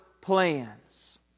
plans